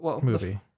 movie